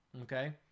okay